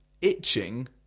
Itching